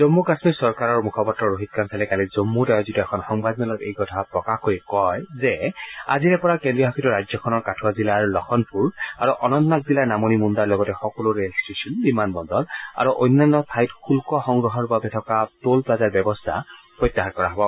জম্মু কাশ্মীৰৰ চৰকাৰৰ মুখপাত্ৰ ৰোহিত কাঞ্চালে কালি জম্মুত আয়োজিত এখন সংবাদমেলত এই কথা প্ৰকাশ কৰি কয় যে আজিৰে পৰা কেন্দ্ৰীয়শাসিত ৰাজ্যখনৰ কাথুৱা জিলাৰ লখনপুৰ আৰু অনন্তনাগ জিলাৰ নামনি মুণাৰ লগতে সকলো ৰেল ষ্টেচন বিমান বন্দৰ আৰু অন্যান্য ঠাইত শুল্ক সংগ্ৰহৰ বাবে থকা টোল প্লাজাৰ ব্যৱস্থা প্ৰত্যাহাৰ কৰা হব